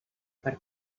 per